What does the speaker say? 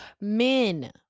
men